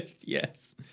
yes